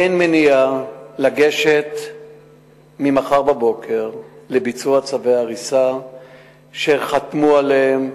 אין מניעה לגשת ממחר בבוקר לביצוע צווי ההריסה שחתמו עליהם.